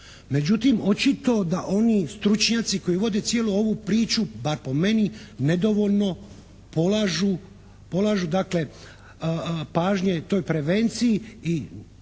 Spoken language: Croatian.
Međutim, očito da oni stručnjaci koji vode cijelu ovu priču, bar po meni, nedovoljno polažu pažnje toj prevenciji i